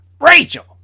Rachel